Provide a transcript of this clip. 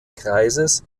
kreises